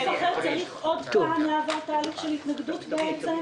רק "גוף אחר" צריך עוד פעם לעבור תהליך של התנגדות בעצם?